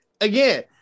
Again